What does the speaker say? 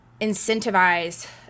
incentivize